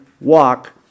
walk